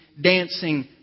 dancing